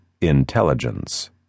intelligence